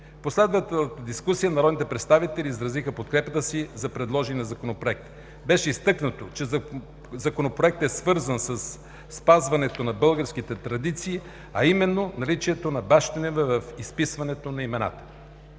последвалата дискусия народните представители изразиха подкрепата си за предложения Законопроект. Беше изтъкнато, че Законопроектът е свързан със спазването на българските традиции, а именно – наличието на бащино име в изписването на имената.